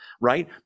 right